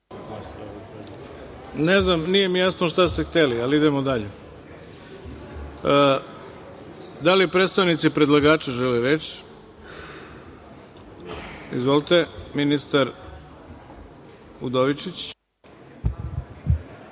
Dačić** Nije mi jasno šta ste hteli, ali idemo dalje. Da li predstavnici predlagača žele reč? Reč ima ministar Udovičić.